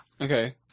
Okay